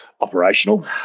operational